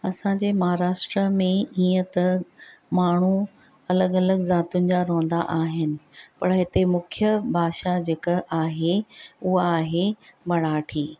असांजे महाराष्ट्र में ईअं त माण्हू अलॻि अलॻि ज़ातियुनि जा रहंदा आहिनि पर हिते मुख्य भाषा जेका आहे उहा आहे मराठी